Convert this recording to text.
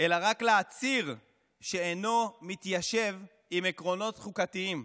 אלא רק להצהיר שאינו מתיישב עם עקרונות חוקתיים.